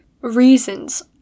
reasons